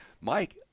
mike